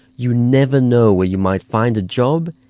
you never know where you might find a job,